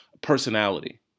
personality